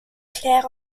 clair